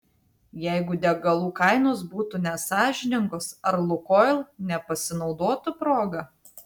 jeigu degalų kainos būtų nesąžiningos ar lukoil nepasinaudotų proga